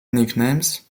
nicknames